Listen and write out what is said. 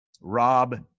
Rob